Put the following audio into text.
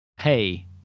hey